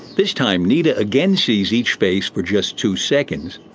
this time nita again sees each face for just two seconds,